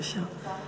בבקשה.